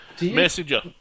Messenger